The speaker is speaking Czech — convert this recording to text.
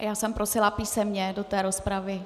Já jsem prosila písemně do rozpravy.